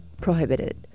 prohibited